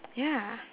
ya